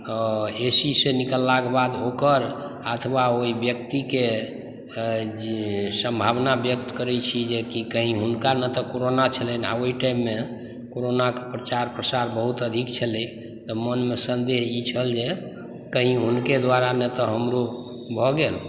तऽ ए सी सॅं निकललाक बाद ओकर आत्मा ओहि व्यक्तिके जे सम्भावना व्यक्त करै छी जे की कहीं हुनकामे तऽ कोरोना छलनि ओहि टाइममे कोरोनाके प्रचार प्रसार बहुत अधिक छलै तऽ मोनमे संदेह ई छल जे कहीं हुनके द्वारा नहि तऽ हमरो भऽ गेल